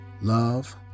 Love